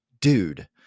dude